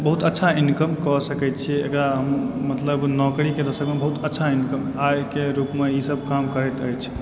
बहुत अच्छा इन्कम कऽ सकैत छी एकरा मतलब नौकरीके ओकरा सभके मतलब बहुत अच्छा इन्कम आयके रुपमे ईसभ काम करैत अछि